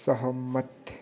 सहमत